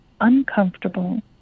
uncomfortable